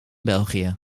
belgië